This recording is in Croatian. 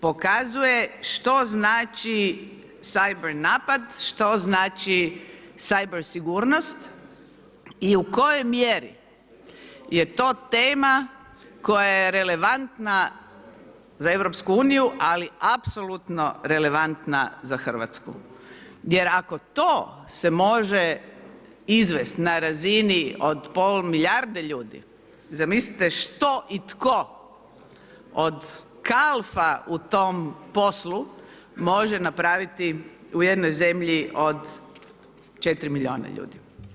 Pokazuje što znači cyber napad, što znači cyber sigurnost i u kojoj mjeri je to tema koja je relevantna za EU, ali apsolutno relevantna za Hrvatsku jer ako to se može izvest na razini od pola milijarde ljudi, zamislite što i tko od kalfa u tom poslu može napraviti u jednoj zemlji od 4 milijuna ljudi.